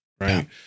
right